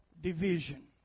division